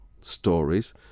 stories